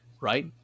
right